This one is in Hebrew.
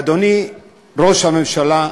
אדוני ראש הממשלה,